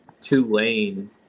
Tulane